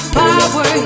power